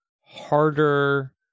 harder